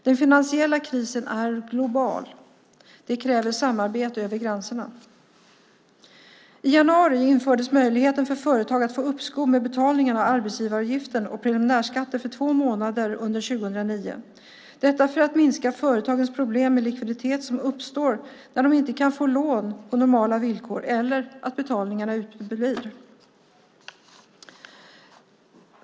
Den finansiella krisen är global. Det kräver samarbete över gränserna. I januari infördes möjligheten för företag att få uppskov med betalningen av arbetsgivaravgifter och preliminärskatter för två månader under 2009, detta för att minska företagens problem med likviditet som uppstår när de inte kan få lån på normala villkor eller betalningarna uteblir.